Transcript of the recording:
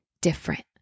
different